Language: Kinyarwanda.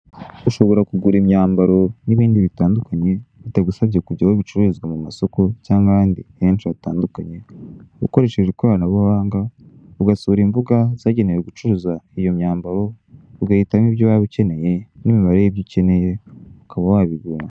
Ushobora kugura imyambaro n'ibindi bitandukanye bitagusabye kujya aho bicururizwa mu masoko cyangwa ahandi henshi hatandukanye ukoresheje ikoranabuhanga ugasura mbuga zagenewe gucuruza iyo myambaro, ugahitamo ibyo waba ukeneye n'umubare w'ibyo ukeneye ukaba wabigura.